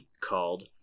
called